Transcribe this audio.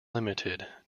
limited